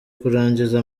kurangiza